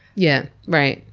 yeah, right.